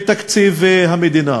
בתקציב המדינה.